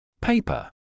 Paper